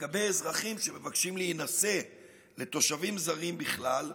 לגבי אזרחים שמבקשים להינשא לתושבים זרים בכלל,